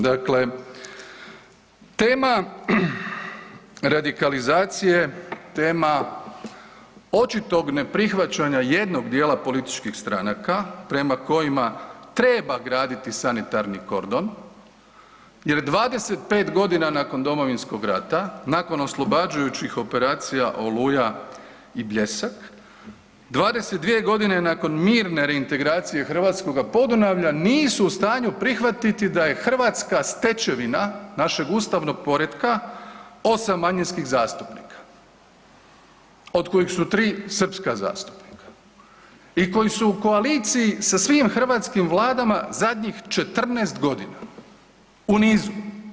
Dakle, tema radikalizacije, tema očitog neprihvaćanja jednog dijela političkih stranaka prema kojima treba graditi sanitarni kordon jer 25.g. nakon Domovinskog rata, nakon oslobađajućih operacija Oluja i Bljesak, 22.g. nakon mirne reintegracije hrvatskoga Podunavlja nisu u stanju prihvatiti da je hrvatska stečevina našeg ustavnog poretka 8 manjinskih zastupnika od kojih su 3 srpska zastupnika i koji su u koaliciji sa svim hrvatskim vladama zadnjih 14.g. u nizu.